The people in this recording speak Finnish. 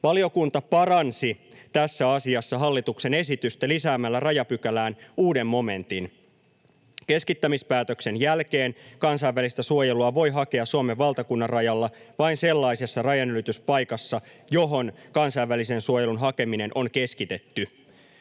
Valiokunta paransi tässä asiassa hallituksen esitystä lisäämällä rajapykälään uuden momentin. Keskittämispäätöksen jälkeen kansainvälistä suojelua voi hakea Suomen valtakunnan rajalla vain sellaisessa rajanylityspaikassa, johon kansainvälisen suojelun hakeminen on keskitetty.